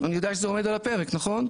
אני יודע שזה עומד על הפרק נכון?